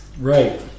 Right